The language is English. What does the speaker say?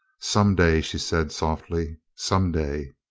some day, she said softly. some day.